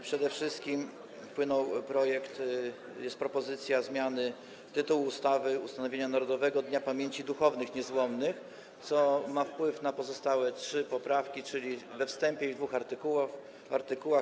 Przede wszystkim wpłynął projekt, jest propozycja zmiany tytułu ustawy: o ustanowieniu Narodowego Dnia Pamięci Duchownych Niezłomnych, co ma wpływ na pozostałe trzy poprawki, czyli we wstępie i w dwóch artykułach.